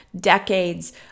decades